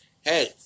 Hey